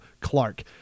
Clark